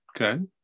Okay